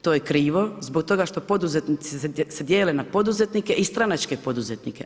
To je krivo, zbog toga što poduzetnici se dijele na poduzetnike i stranačke poduzetnike.